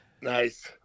Nice